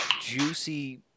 juicy